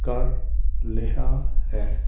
ਕਰ ਲਿਆ ਹੈ